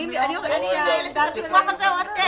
אני מנהלת את הוויכוח הזה או אתם?